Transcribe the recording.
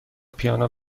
پیانو